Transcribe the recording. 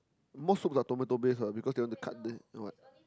most soups are tomato based because they want to cut the what